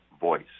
voice